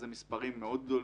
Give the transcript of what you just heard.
זה מספרים מאוד גדולים.